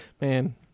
Man